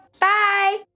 Bye